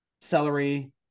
celery